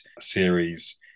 series